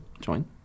join